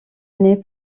années